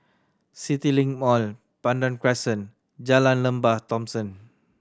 CityLink Mall Pandan Crescent Jalan Lembah Thomson